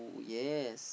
yes